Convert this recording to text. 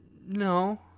No